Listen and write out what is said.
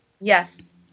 Yes